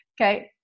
Okay